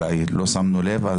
אולי לא שמנו לב למשהו.